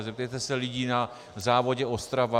Zeptejte se lidí na závodě Ostrava.